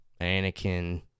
Anakin